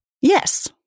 Yes